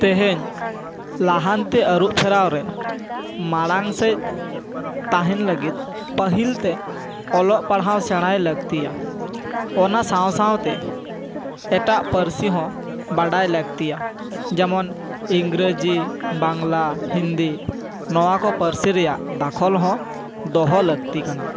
ᱛᱮᱦᱮᱧ ᱞᱟᱦᱟᱱᱛᱤ ᱟᱨᱩᱯᱷᱮᱨᱟᱣ ᱨᱮ ᱢᱟᱲᱟᱝ ᱥᱮᱡ ᱛᱟᱦᱮᱱ ᱞᱟᱹᱜᱤᱫ ᱯᱟᱹᱦᱤᱞᱛᱮ ᱚᱞᱚᱜ ᱯᱟᱲᱦᱟᱣ ᱥᱮᱬᱟᱭ ᱞᱟᱹᱠᱛᱤᱭᱟ ᱚᱱᱟ ᱥᱟᱶ ᱥᱟᱶᱛᱮ ᱮᱴᱟᱜ ᱯᱟᱨᱥᱤ ᱦᱚᱸ ᱵᱟᱰᱟᱭ ᱞᱟᱹᱠᱛᱤᱭᱟ ᱡᱮᱢᱚᱱ ᱤᱝᱨᱮᱡᱤ ᱵᱟᱝᱞᱟ ᱦᱤᱱᱫᱤ ᱱᱚᱣᱟ ᱠᱚ ᱯᱟᱹᱨᱥᱤ ᱨᱮᱭᱟ ᱫᱟᱠᱷᱚᱞ ᱦᱚᱸ ᱫᱚᱦᱚ ᱞᱟᱹᱠᱛᱤ ᱠᱟᱱᱟ